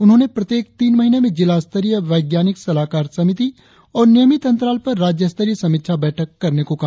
उन्होंने प्रत्येक तीन महीने में जिला स्तरीय वैज्ञानिक सलाहकार समिति और नियमित अंतराल पर राज्य स्तरीय समीक्षा बैठक करने को कहा